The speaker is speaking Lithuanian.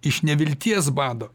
iš nevilties bado